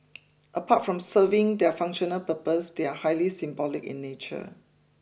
apart from serving their functional purpose they are highly symbolic in nature